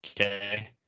Okay